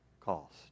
cost